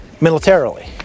militarily